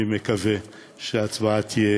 אני מקווה שההצבעה תהיה